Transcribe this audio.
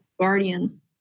guardian